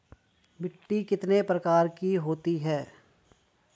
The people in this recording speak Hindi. मिट्टी कितने प्रकार की होती हैं?